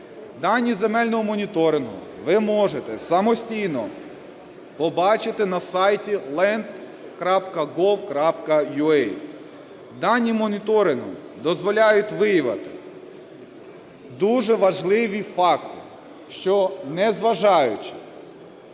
Дані земельного моніторингу ви можете самостійно побачити на сайті land.gov.ua. Дані моніторингу дозволяють виявити дуже важливі факти, що, незважаючи